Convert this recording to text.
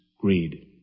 greed